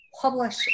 publish